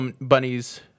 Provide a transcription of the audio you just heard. bunnies